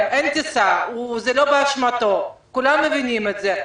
שילם, אין טיסה, זה לא באשמתו, כולם מבינים את זה.